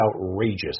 outrageous